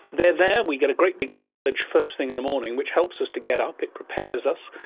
they're there, we get a great big surge first thing in the morning which helps us to get up, it prepares us,